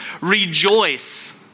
rejoice